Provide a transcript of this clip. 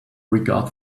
regard